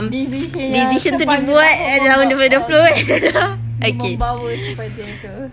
decision yang membawa kepada itu